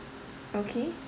okay